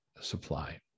supply